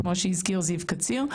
כמו שהזכיר זיו קציר.